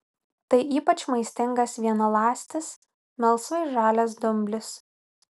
tai ypač maistingas vienaląstis melsvai žalias dumblis